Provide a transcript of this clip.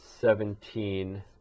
Seventeen